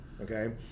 Okay